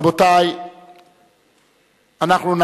17 בעד, אין מתנגדים ואין